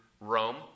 Rome